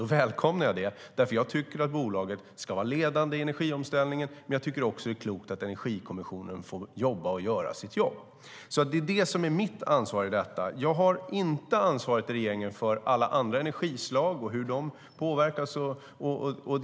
Jag välkomnar det. Bolaget ska vara ledande i energiomställningen. Men det är också klokt att Energikommissionen får göra sitt jobb. Det är mitt ansvar i detta. Jag har inte ansvaret i regeringen för alla andra energislag och hur de påverkas.